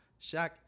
Shaq